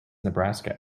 nebraska